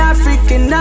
African